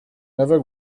never